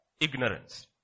Ignorance